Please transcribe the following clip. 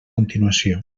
continuació